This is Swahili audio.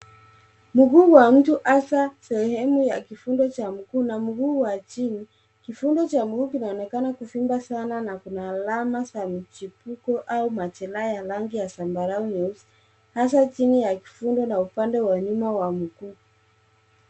Mguu wa mtu hasa sehemu ya kifundo cha mguu na mguu wa chini. Kifundo cha mguu kinaonekana kuvimba sana na kuna alama za michipuko au majeraha ya rangi ya zambarau nyeusi hasa sehemu ya kifundo na upande wa nyuma wa mguu.